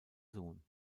sohn